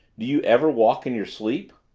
do you ever walk in your sleep?